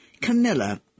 Camilla